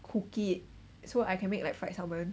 cook it so I can make like fried salmon